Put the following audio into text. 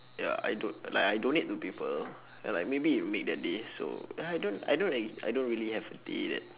ya I don~ like I donate to people ya maybe you'll make their day so I don't I don't act~ I don't really have a day that